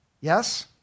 yes